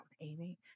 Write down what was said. amy